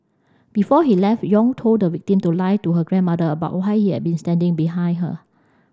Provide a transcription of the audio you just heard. before he left Yong told the victim to lie to her grandmother about why he had yet been standing behind her